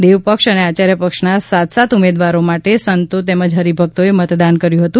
દેવ પક્ષ અને આચાર્ય પક્ષ ના સાત સાત ઉમેદવારો માટે સંતો તેમજ હરિભક્તો એ મતદાન કર્યું હતું